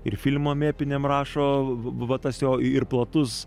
ir filmam epiniam rašo nu va tas jo ir platus